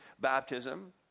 baptism